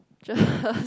just